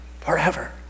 Forever